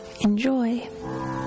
Enjoy